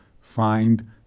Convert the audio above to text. find